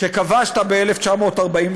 "שכבשת ב-1948,